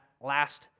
last